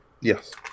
Yes